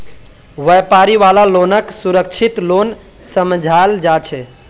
व्यापारी वाला लोनक सुरक्षित लोन समझाल जा छे